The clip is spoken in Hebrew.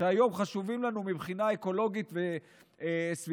שהיום חשובים לנו מבחינה אקולוגית וסביבתית.